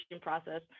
process